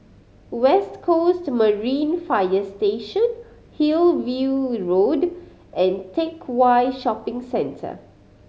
West Coast Marine Fire Station Hillview Road and Teck Whye Shopping Centre